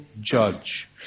judge